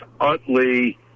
Utley